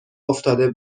افتاده